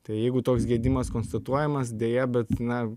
tai jeigu toks gedimas konstatuojamas deja bet na